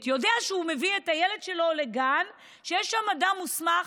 ידע שהוא מביא את הילד שלו לגן שיש בו אדם מוסמך,